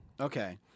Okay